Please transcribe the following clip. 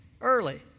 early